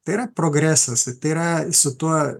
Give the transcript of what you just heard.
tai yra progresas ir tai yra su tuo